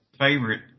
favorite